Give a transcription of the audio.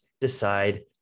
decide